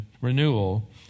renewal